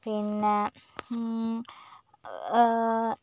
പിന്നെ